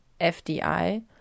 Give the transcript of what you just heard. FDI